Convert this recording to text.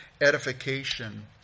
edification